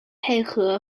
配合